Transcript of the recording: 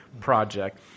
project